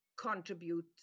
contribute